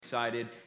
Excited